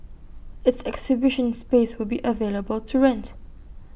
its exhibition space will be available to rent